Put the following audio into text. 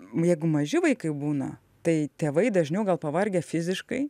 jegu maži vaikai būna tai tėvai dažniau gal pavargę fiziškai